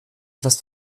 etwas